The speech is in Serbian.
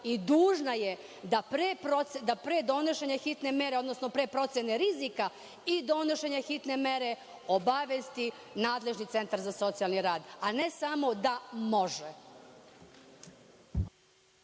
i dužna je da pre donošenja hitne mere, odnosno pre procene rizika i donošenja hitne mere obavesti nadležni centar za socijalni rad, a ne samo da može.